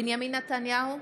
בנימין נתניהו,